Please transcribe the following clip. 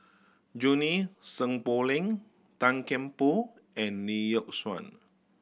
Junie Sng Poh Leng Tan Kian Por and Lee Yock Suan